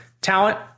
talent